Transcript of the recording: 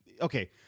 Okay